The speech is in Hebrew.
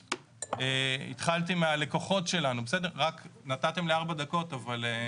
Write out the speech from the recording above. התחלתי עם הלקוחות שלנו, התושב קודם כל.